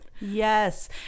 yes